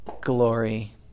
glory